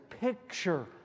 picture